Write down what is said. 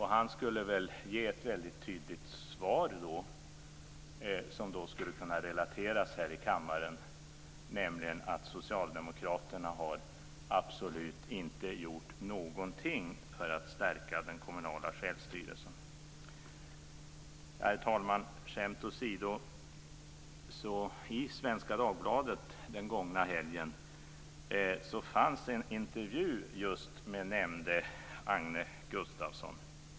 Han skulle väl ge ett tydligt svar som skulle kunna relateras här i kammaren, nämligen att socialdemokraterna absolut inte har gjort någonting för att stärka den kommunala självstyrelsen. Herr talman! Skämt åsido fanns det i Svenska Dagbladet under den gångna helgen en intervju med just nämnde Agne Gustafsson.